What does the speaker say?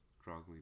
strongly